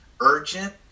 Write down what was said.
urgent